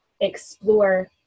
explore